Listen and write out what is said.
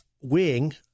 wing